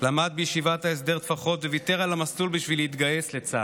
למד בישיבת ההסדר טפחות וויתר על המסלול בשביל להתגייס לצה"ל.